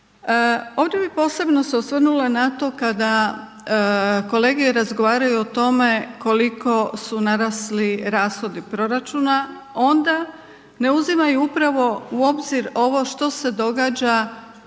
Ovdje bi se posebno osvrnula na to kada kolege razgovaraju o tome koliko su narasli rashodi proračuna onda ne uzimaju upravo u obzir ovo što se događa